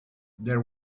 there